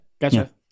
gotcha